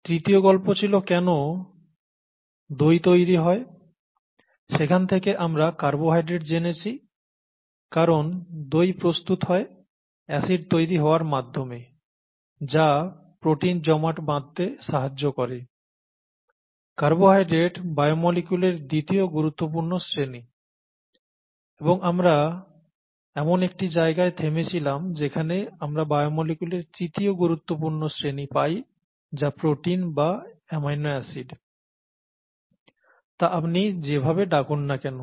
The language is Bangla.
তৃতীয় গল্প ছিল কেন দই তৈরি হয় সেখান থেকে আমরা কার্বোহাইড্রেট জেনেছি কারণ দই প্রস্তুত হয় অ্যাসিড তৈরি হওয়ার মাধ্যমে যা প্রোটিন জমাট বাঁধতে সাহায্য করে কার্বোহাইড্রেট বায়োমলিকুলের দ্বিতীয় গুরুত্বপূর্ণ শ্রেণী এবং আমরা এমন একটি জায়গায় থেমেছিলাম যেখানে আমরা বায়োমলিকুলের তৃতীয় গুরুত্বপূর্ণ শ্রেণী পাই যা প্রোটিন বা অ্যামাইনো অ্যাসিড তা আপনি যেভাবে ডাকুন না কেন